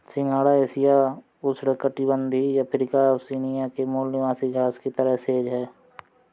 सिंघाड़ा एशिया, उष्णकटिबंधीय Africa, Oceania के मूल निवासी घास की तरह सेज है